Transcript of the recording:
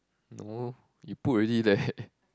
no you put already leh